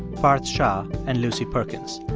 parth shah and lucy perkins.